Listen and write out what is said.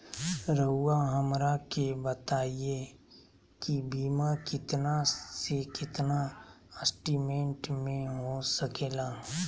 रहुआ हमरा के बताइए के बीमा कितना से कितना एस्टीमेट में हो सके ला?